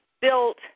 built